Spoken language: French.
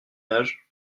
ménages